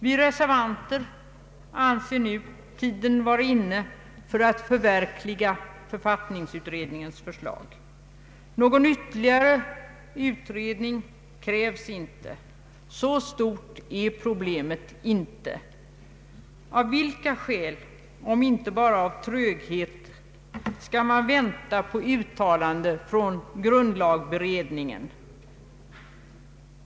Vi reservanter anser nu tiden vara inne för att förverkliga författningsutredningens förslag. Någon ytterligare utredning behövs inte; så stort är inte problemet. Av vilka skäl — om det inte bara är fråga om tröghet — skall man vänta på uttalande från grundlagberedningen?